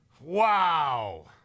Wow